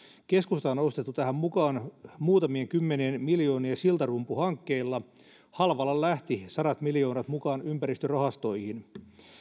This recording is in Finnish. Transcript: keskusta on ostettu tähän mukaan muutamien kymmenien miljoonien siltarumpuhankkeilla halvalla lähtivät sadat miljoonat mukaan ympäristörahastoihin